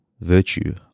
virtue